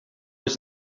was